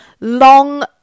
long